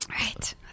right